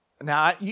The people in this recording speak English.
Now